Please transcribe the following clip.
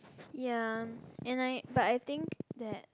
ya and I but I think that